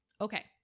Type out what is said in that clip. Okay